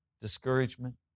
discouragement